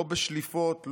לא בשליפות,